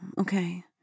okay